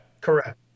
Correct